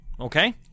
Okay